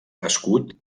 escut